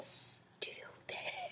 stupid